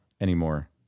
anymore